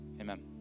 amen